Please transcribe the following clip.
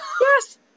Yes